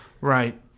right